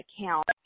account